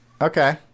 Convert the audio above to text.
Okay